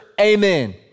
amen